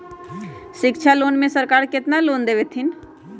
शिक्षा लोन में सरकार केतना लोन दे हथिन?